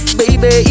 baby